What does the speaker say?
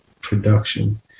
production